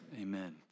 Amen